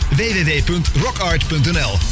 www.rockart.nl